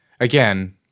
again